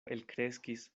elkreskis